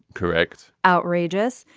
correct. outrageous.